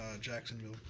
Jacksonville